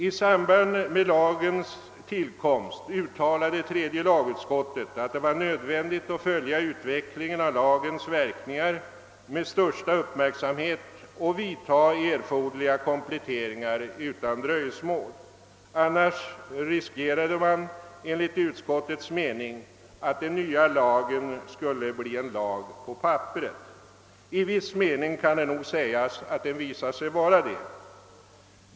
I samband med lagens tillkomst uttalade tredje lagutskottet att det var nödvändigt att följa utvecklingen av lagens verkningar med största uppmärksamhet och att vidta erforderliga kompletteringar utan dröjsmål. Annars riskerade man enligt utskottets mening att den nya lagen skulle bli en lag bara på papperet. I viss mening kan det nog sägas att den visat sig vara det.